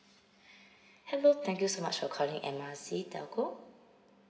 hello thank you so much for calling M R C telco